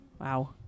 Wow